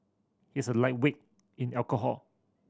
he is a lightweight in alcohol